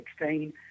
2016